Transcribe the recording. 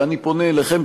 ואני פונה אליכם,